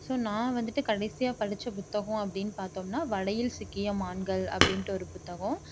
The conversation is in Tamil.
ஸோ நான் வந்துவிட்டு கடைசியாக படித்த புத்தகம் அப்படின்னு பார்த்தோமுன்னா வலையில் சிக்கிய மான்கள் அப்படின்ட்டு ஒரு புத்தகம்